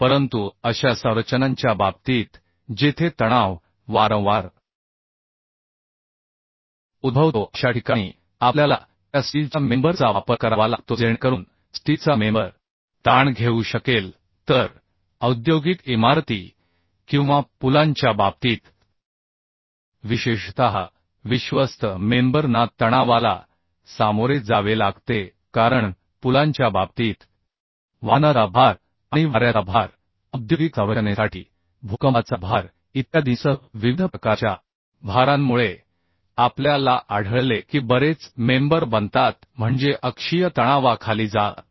परंतु अशा संरचनांच्या बाबतीत जेथे तणाव वारंवार उद्भवतो अशा ठिकाणी आपल्याला त्या स्टीलच्या मेंबर चा वापर करावा लागतो जेणेकरून स्टीलचा मेंबर ताण घेऊ शकेल तर औद्योगिक इमारती किंवा पुलांच्या बाबतीत विशेषतः विश्वस्त मेंबर ना तणावाला सामोरे जावे लागते कारण पुलांच्या बाबतीत वाहनाचा भार आणि वाऱ्याचा भार औद्योगिक संरचनेसाठी भूकंपाचा भार इत्यादींसह विविध प्रकारच्या भारांमुळे आपल्या ला आढळले की बरेच मेंबर बनतात म्हणजे अक्षीय तणावाखाली जातात